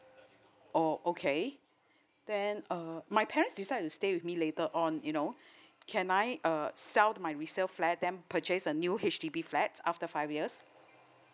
oh okay then uh my parents decide to stay with me later on you know can I uh sell my resale flat then purchase a new H_D_B flat after five years